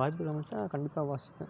வாய்ப்பு அமைஞ்சால் கண்டிப்பாக வாசிப்பேன்